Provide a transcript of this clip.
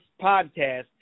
podcast